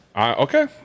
Okay